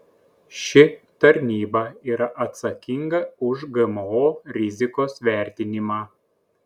ši tarnyba yra atsakinga už gmo rizikos vertinimą